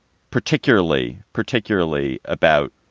particularly particularly about